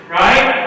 right